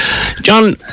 John